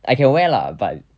I can wear lah but